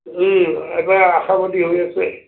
এবাৰ আশাবাদী হৈ আছে